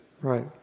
Right